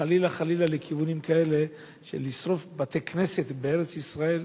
חלילה חלילה לכיוונים כאלה של לשרוף בתי-כנסת בארץ-ישראל.